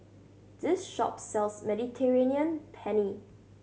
this shop sells Mediterranean Penne